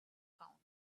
count